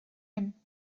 him